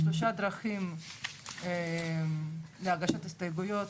יש שלוש דרכים להגשת הסתייגויות: